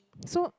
so